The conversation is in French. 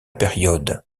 période